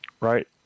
Right